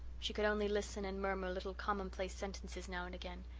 she could only listen and murmur little commonplace sentences now and again.